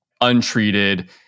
untreated